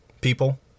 people